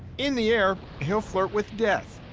in the air, he'll flirt with death,